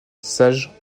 sage